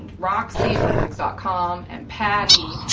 roxy from wigs ah com, and patty,